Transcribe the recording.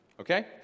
Okay